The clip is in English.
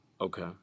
Okay